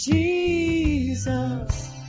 Jesus